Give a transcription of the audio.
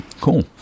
Cool